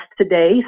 today